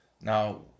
Now